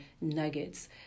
nuggets